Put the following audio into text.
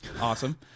Awesome